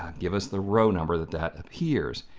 give us the row number that that appears.